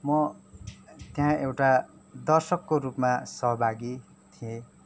म त्यहाँ एउटा दर्शकको रूपमा सहभागी थिएँ